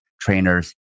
trainers